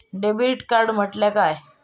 Debit card म्हटल्या काय?